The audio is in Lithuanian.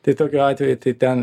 tai tokiu atveju tai ten